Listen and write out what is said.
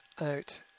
out